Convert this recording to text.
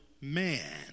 man